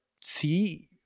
see